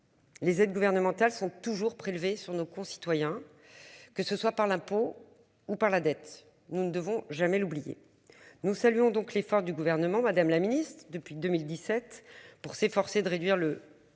Les aides gouvernementales sont toujours prélevées sur nos concitoyens, que ce soit par l'impôt ou par la dette. Nous ne devons jamais l'oublier. Nous saluons donc l'effort du gouvernement, madame la ministre, depuis 2017 pour s'efforcer de réduire le